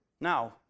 Now